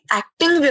acting